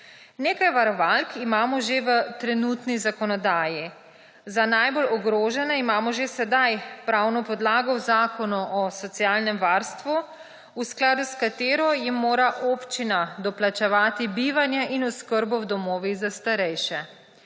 Nekaj varovalk imamo že v trenutno zakonodaji. Za najbolj ogrožene imamo že sedaj pravno podlago v Zakonu o socialnem varstvu, v skladu s katero jim mora občina doplačevati bivanje in oskrbo v domovih za starejše.